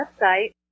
website